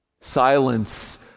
Silence